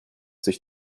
sich